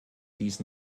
dies